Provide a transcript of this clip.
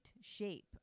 shape